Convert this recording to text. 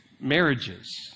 marriages